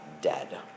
dead